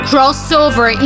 Crossover